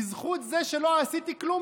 בזכות זה שלא עשיתי כלום,